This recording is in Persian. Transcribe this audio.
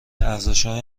ارزشهای